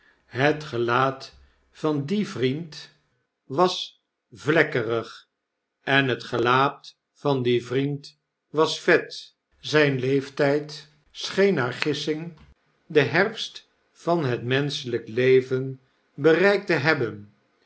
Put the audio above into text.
het gelaat van dien vriend was vlekkerig en het gelaat van dien vriend was vet zijn leeftjjd scheen naar gissing den herfst van het menschelijk leven bereikt te hebben